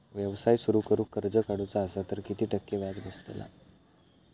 व्यवसाय सुरु करूक कर्ज काढूचा असा तर किती टक्के व्याज बसतला?